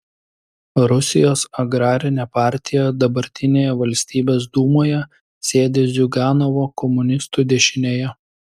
rusijos agrarinė partija dabartinėje valstybės dūmoje sėdi ziuganovo komunistų dešinėje